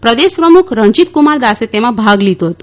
પ્રદેશ પ્રમુખ રણજીતકુમાર દાસે તેમાં ભાગ લીધો હતો